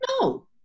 no